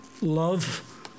love